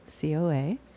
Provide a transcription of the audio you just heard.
coa